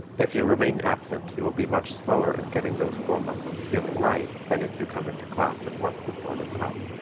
if you remain absent you will be much slower in getting those sore muscles feeling right than if you come into class and work the soreness out.